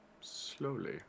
slowly